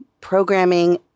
programming